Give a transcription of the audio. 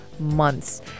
Months